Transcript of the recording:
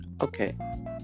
Okay